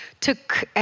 took